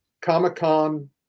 Comic-Con